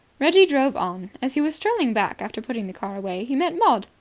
reggie drove on. as he was strolling back after putting the car away he met maud.